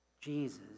Jesus